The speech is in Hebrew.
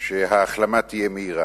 שההחלמה תהיה מהירה.